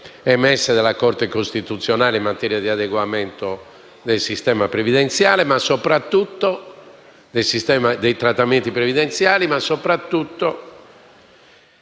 emesse dalla Corte costituzionale in materia di adeguamento dei trattamenti previdenziali, ma soprattutto